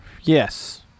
yes